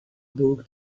book